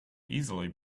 easily